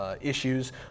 issues